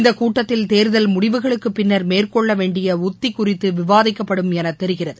இந்த கூட்டத்தில் தேர்தல் முடிவுகளுக்கு பின்னர் மேற்கொள்ளவேண்டிய உக்தி குறித்து விவாதிக்கப்படும் என தெரிகிறது